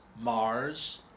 Mars